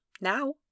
Now